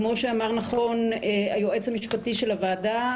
כמו שאמר נכון היועץ המשפטי של הוועדה,